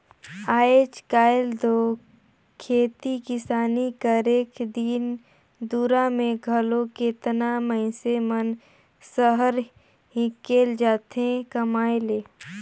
आएज काएल दो खेती किसानी करेक दिन दुरा में घलो केतना मइनसे मन सहर हिंकेल जाथें कमाए ले